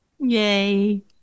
yay